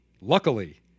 luckily